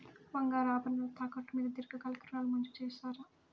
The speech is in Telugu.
బంగారు ఆభరణాలు తాకట్టు మీద దీర్ఘకాలిక ఋణాలు మంజూరు చేస్తారా?